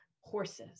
horses